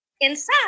inside